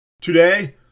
Today